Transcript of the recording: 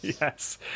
Yes